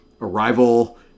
arrival